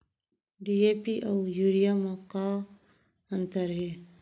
DAP अऊ urea म का अंतर हे?